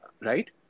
Right